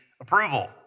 approval